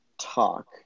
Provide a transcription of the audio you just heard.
talk